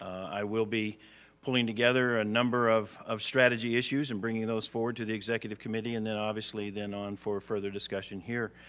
i will be pulling together a number of of strategy issues and bringing those forward to the executive committee and then obviously, then on for further discussion here,